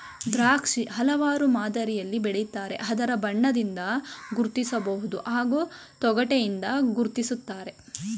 ದ್ರಾಕ್ಷಿ ಹಲವಾರು ಮಾದರಿಲಿ ಬೆಳಿತಾರೆ ಅದರ ಬಣ್ಣದಿಂದ ಗುರ್ತಿಸ್ಬೋದು ಹಾಗೂ ತೊಗಟೆಯಿಂದ ಗುರ್ತಿಸ್ತಾರೆ